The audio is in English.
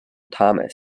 thomas